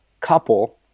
couple